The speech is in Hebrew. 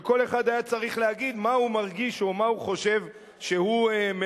וכל אחד היה צריך להגיד מה הוא מרגיש או מה הוא חושב שהוא ממשש.